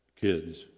kids